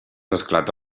esclata